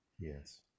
Yes